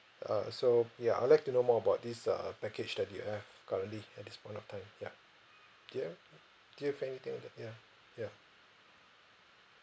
uh so ya I would like to know more about this uh package that you have currently at this point of time ya do you have uh do you have anything in that ya ya